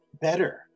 better